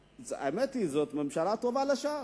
שזאת ממשלה טובה לש"ס,